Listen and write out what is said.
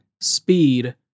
Speed